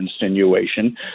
insinuation